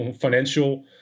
financial